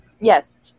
Yes